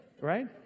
right